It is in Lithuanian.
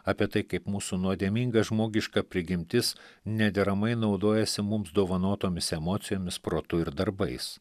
apie tai kaip mūsų nuodėminga žmogiška prigimtis nederamai naudojasi mums dovanotomis emocijomis protu ir darbais